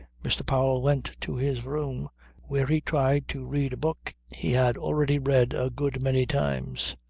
mr. powell went to his room where he tried to read a book he had already read a good many times.